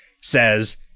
says